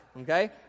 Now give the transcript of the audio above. okay